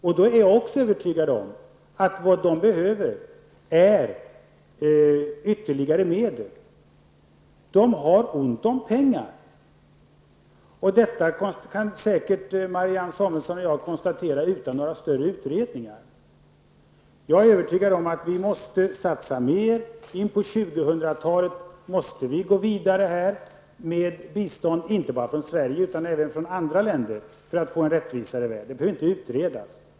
Jag är övertygad om att vad de behöver är ytterligare medel. De har ont om pengar. Detta kan säkert Marianne Samuelsson och jag konstatera utan någon större utredning. Jag är övertygad om att vi måste satsa mer. På 2000-talet måste vi gå vidare med bistånd, inte bara från Sverige utan även från andra länder, för att få en rättvisare värld. Det behöver inte utredas.